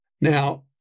Now